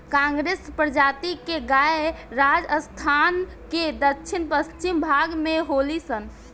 कांकरेज प्रजाति के गाय राजस्थान के दक्षिण पश्चिम भाग में होली सन